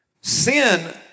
Sin